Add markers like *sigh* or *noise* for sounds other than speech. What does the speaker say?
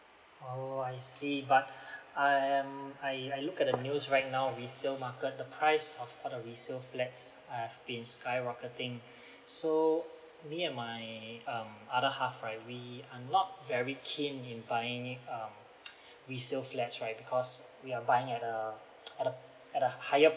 oh I see but I am I I look at the news right now resale market the price of all the resale flats have been skyrocketing so me and my um other half right we are not very keen in buying um *noise* resale flats right because we are buying at a *noise* at a at a higher